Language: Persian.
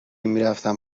میرفتم